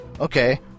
okay